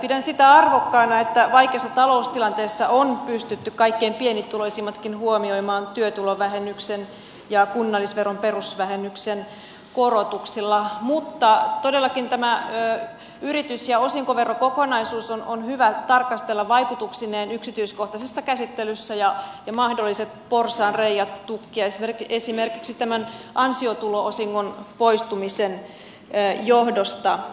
pidän sitä arvokkaana että vaikeassa taloustilanteessa on pystytty kaikkein pienituloisimmatkin huomioimaan työtulovähennyksen ja kunnallisveron perusvähennyksen korotuksilla mutta todellakin tämä yritys ja osinkoverokokonaisuus on hyvä tarkastella vaikutuksineen yksityiskohtaisessa käsittelyssä ja mahdolliset porsaanreiät tukkia esimerkiksi tämän ansiotulo osingon poistumisen johdosta